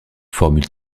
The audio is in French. formule